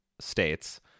states